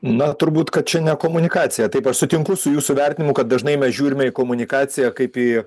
na turbūt kad čia ne komunikacija taip aš sutinku su jūsų vertinimu kad dažnai mes žiūrime į komunikaciją kaip į